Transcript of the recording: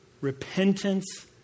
repentance